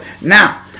now